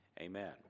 Amen